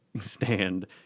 stand